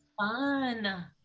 fun